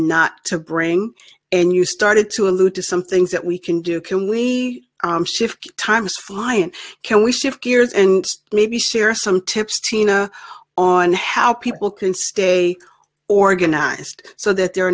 not to bring and you started to allude to some things that we can do can we shift times fly and can we shift gears and maybe share some tips tina on how people can stay organized so that they're